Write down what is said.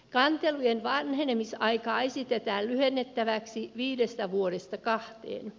kantelujen vanhenemisaikaa esitetään lyhennettäväksi viidestä vuodesta kahteen